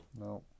No